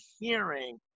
hearing